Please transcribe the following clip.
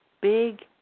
big